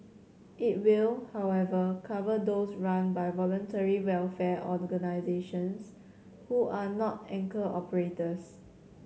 it will however cover those run by voluntary welfare organisations who are not anchor operators